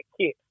kit